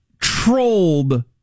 trolled